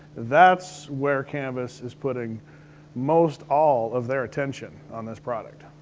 that's where canvas is putting most all of their attention on this product.